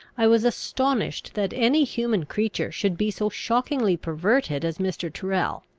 i was astonished that any human creature should be so shockingly perverted as mr. tyrrel.